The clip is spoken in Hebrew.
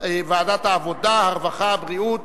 ועדת העבודה, הרווחה והבריאות.